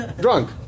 drunk